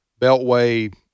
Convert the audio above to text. Beltway